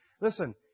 listen